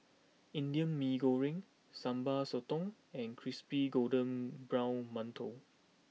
Indian Mee Goreng Sambal Sotong and Crispy Golden Brown Mantou